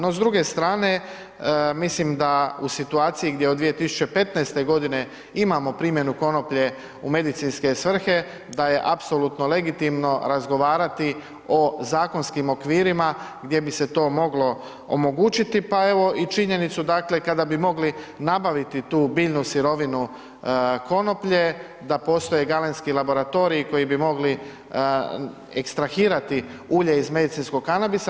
No s druge strane, mislim da u situaciji gdje od 2015. godine imamo primjenu konoplje u medicinske svrhe, da je apsolutno legitimno razgovarati o zakonskim okvirima gdje bi se to moglo omogućiti, pa evo i činjenicu dakle kada bi mogli nabaviti tu biljnu sirovinu konoplje, da postoje galenski laboratoriji koji bi mogli ekstrahirati ulje iz medicinskog kanabisa.